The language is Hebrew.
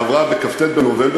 הפסקתי לעסוק בהוראה לפני 20 שנה,